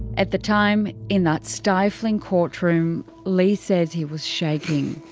at the time, in that stifling courtroom, leigh says he was shaking.